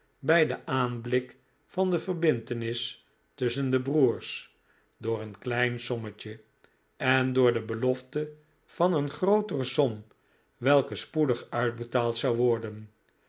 bij den aanblik van de verbintenis tusschen de broers door een klein sommetje en door de belofte van een grootere som welke spoedig uitbetaald zou worden